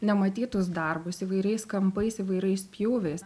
nematytus darbus įvairiais kampais įvairiais pjūviais